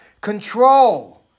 Control